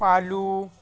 follow